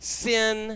sin